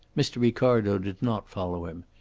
mr. ricardo did not follow him.